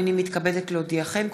הנני מתכבדת להודיעכם,